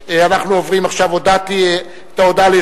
לא קיבלתי תלונה על זה.